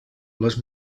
les